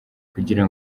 kugira